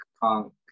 punk